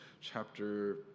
chapter